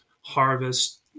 harvest